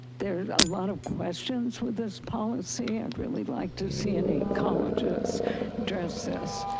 there's a lot of questions with this policy. i'd really like to see an ecologist address this.